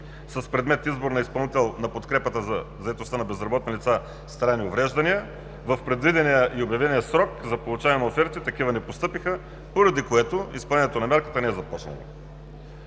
с предмет „Избор на изпълнител на подкрепата за заетостта на безработни лица с трайни увреждания“. В предвидения и обявения срок за получаване на офертитакива не постъпиха, поради което изпълнението на мярката не е започнало.